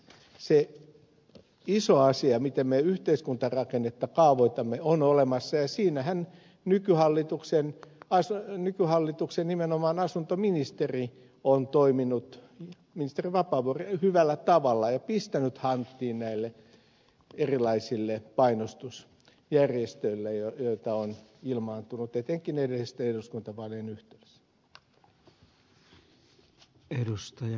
se iso asia miten me yhteiskuntarakennetta kaavoitamme on olemassa ja siinähän nimenomaan nykyhallituksen asuntoministeri vapaavuori on toiminut hyvällä tavalla ja pistänyt hanttiin näille erilaisille painostusjärjestöille joita on ilmaantunut etenkin edellisten eduskuntavaalien yhteydessä